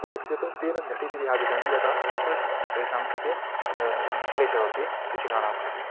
भवति चेत् तेन झटिति यदि आगच्छन्ति यदा तृग् तेषां कृते क्लेशः भवति कृषिकाणां कृते